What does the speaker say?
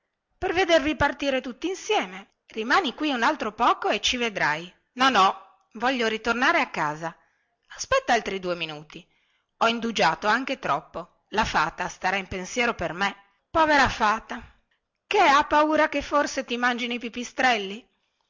per vedervi partire tutti insieme rimani qui un altro poco e ci vedrai no no voglio ritornare a casa aspetta altri due minuti ho indugiato anche troppo la fata starà in pensiero per me povera fata che ha paura forse che ti mangino i pipistrelli